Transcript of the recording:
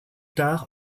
tard